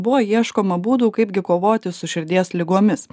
buvo ieškoma būdų kaip gi kovoti su širdies ligomis